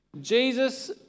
Jesus